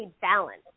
balance